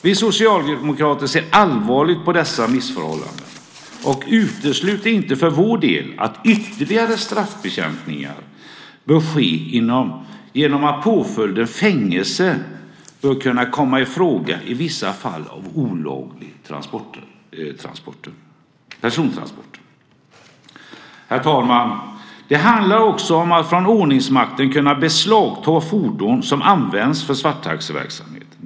Vi socialdemokrater ser allvarligt på dessa missförhållanden och utesluter inte för vår del att ytterligare straffskärpningar bör ske genom att påföljden fängelse bör kunna komma i fråga i vissa fall av olagliga persontransporter. Herr talman! Det handlar också om att man från ordningsmakten ska kunna beslagta fordon som används för svarttaxiverksamhet.